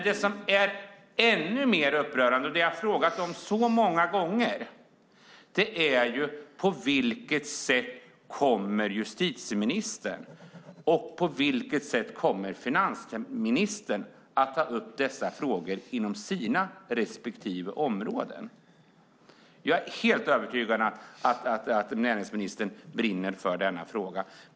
Det som är ännu mer upprörande gäller något som jag har frågat om väldigt många gånger. På vilket sätt kommer justitieministern och finansministern att ta upp dessa frågor på sina respektive områden? Jag har helt övertygad om att näringsministern brinner för denna fråga.